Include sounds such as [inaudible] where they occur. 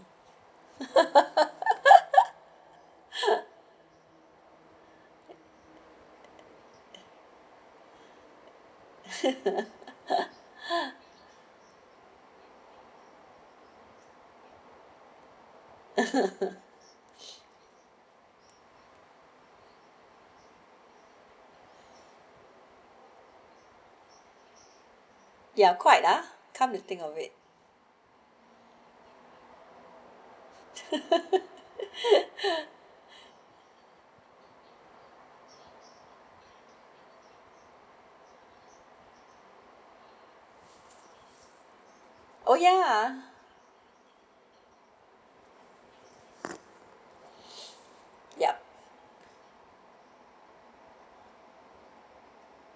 [laughs] [laughs] [laughs] ya quite lah come we think our wight [laughs] oh ya yup